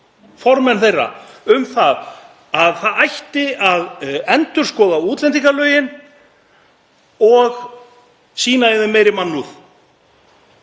formenn þeirra, um að það ætti að endurskoða útlendingalögin og sýna í þeim meiri mannúð.